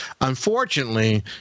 Unfortunately